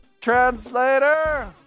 translator